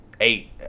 Eight